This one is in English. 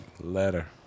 Letter